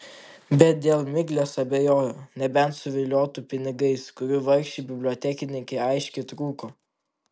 bet dėl miglės abejojo nebent suviliotų pinigais kurių vargšei bibliotekininkei aiškiai trūko